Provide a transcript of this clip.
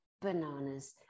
bananas